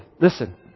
Listen